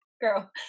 Girl